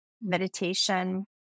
meditation